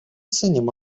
ценим